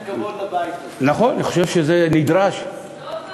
מאוד בעייתית העובדה שהשרים לא,